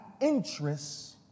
interests